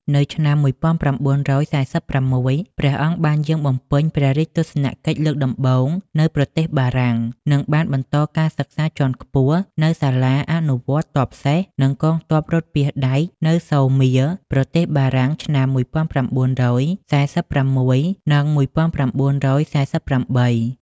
នៅឆ្នាំ១៩៤៦ ព្រះអង្គបានយាងបំពេញព្រះរាជទស្សនកិច្ចលើកដំបូងនៅប្រទេសបារាំង និងបានបន្តការសិក្សាជាន់ខ្ពស់នៅសាលាអនុវត្តទ័ពសេះ និងកងទ័ពរថពាសដែកនៅ សូមៀរ ប្រទេសបារាំង នៅឆ្នាំ១៩៤៦ និង១៩៤៨។